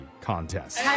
contest